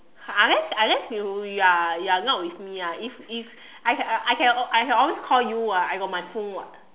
unless unless you you are you are not with me ah if if I can I can I can always call you [what] I got my phone [what]